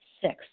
six